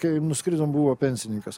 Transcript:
kai nuskridom buvo pensininkas